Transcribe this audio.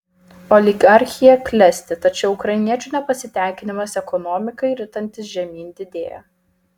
oligarchija klesti tačiau ukrainiečių nepasitenkinimas ekonomikai ritantis žemyn didėja